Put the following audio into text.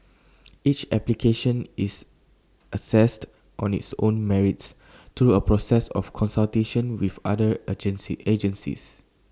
each application is assessed on its own merits through A process of consultation with other agencies